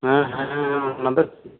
ᱦᱮᱸ ᱦᱮᱸ ᱚᱱᱟ ᱫᱚ